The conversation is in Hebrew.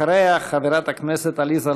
אחריה, חברת הכנסת עליזה לביא.